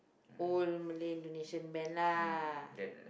old Malay musician band lah